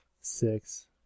six